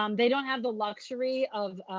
um they don't have the luxury of,